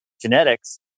genetics